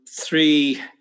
three